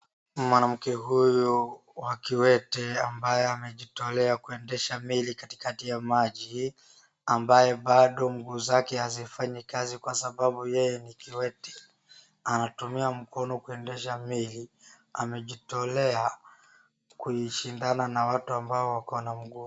Mwanamke huyo wa kiwete ambaye amejitolea kuendesha meili katikati ya maji ambaye bado mguu zake hazifanyi kazi kwa sababu yeye ni kiwete. Anatumia mkono kuendesha meli. Amejitolea kuishindana na watu ambao wako na mguu.